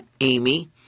Amy